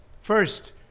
First